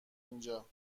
اینجا